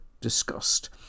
discussed